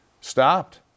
stopped